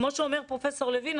כמו שאומר פרופ' לוין,